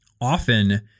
often